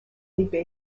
league